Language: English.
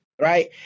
Right